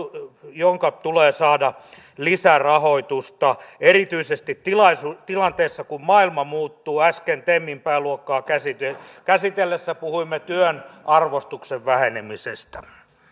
jonka tulee saada lisärahoitusta erityisesti tilanteessa jossa maailma muuttuu äsken temin pääluokkaa käsitellessämme puhuimme työn arvostuksen vähenemisestä